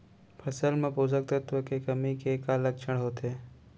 फसल मा पोसक तत्व के कमी के का लक्षण होथे?